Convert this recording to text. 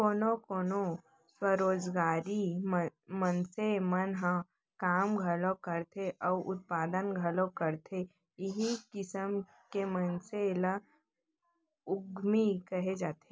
कोनो कोनो स्वरोजगारी मनसे मन ह काम घलोक करथे अउ उत्पादन घलोक करथे इहीं किसम के मनसे ल उद्यमी कहे जाथे